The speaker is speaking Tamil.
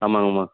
ஆமாங்கம்மா